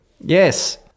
Yes